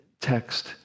text